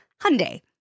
Hyundai